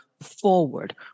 forward